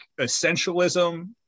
essentialism